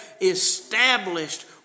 established